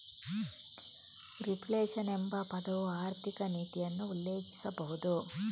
reflation ಎಂಬ ಪದವು ಆರ್ಥಿಕ ನೀತಿಯನ್ನು ಉಲ್ಲೇಖಿಸಬಹುದು